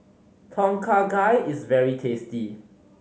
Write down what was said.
Tom Kha Gai is very tasty